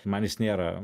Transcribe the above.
man jis nėra